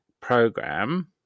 program